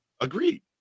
Agreed